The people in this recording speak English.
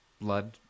blood